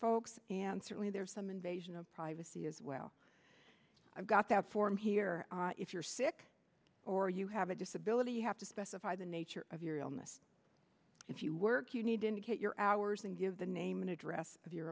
folks and certainly there's some invasion of privacy as well i've got that form here if you're sick or you have a disability you have to specify the nature of your illness if you work you need to indicate your hours and give the name and address of your